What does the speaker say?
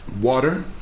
Water